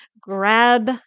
grab